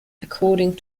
according